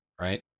right